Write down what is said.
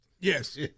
Yes